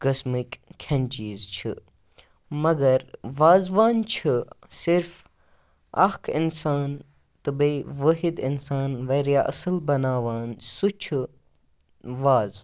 قٕسمٕکۍ کھٮ۪ن چیٖز چھِ مگر وازوان چھِ صرف اَکھ اِنسان تہٕ بیٚیہِ وٲحِد اِنسان واریاہ اَصٕل بَناوان سُہ چھُ وازٕ